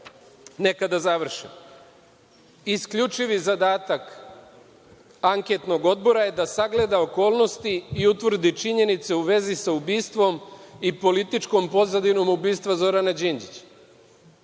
nekada završen. Isključivi zadatak anketnog odbora je da sagleda okolnosti i utvrdi činjenice u vezi sa ubistvom i političkom pozadinom ubistva Zorana Đinđića.